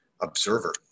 observer